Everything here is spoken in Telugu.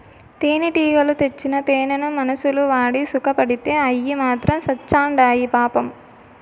తేనెటీగలు తెచ్చిన తేనెను మనుషులు వాడి సుకపడితే అయ్యి మాత్రం సత్చాండాయి పాపం